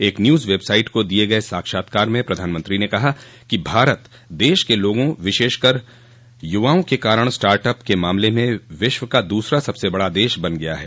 एक news website को दिये गए साक्षात्कार में प्रधानमंत्री ने कहा कि भारत देश के लोगों विशेषकर युवाओं के कारण स्टार्ट अप के मामले में विश्व का दूसरा सबसे बड़ा देश बन गया ह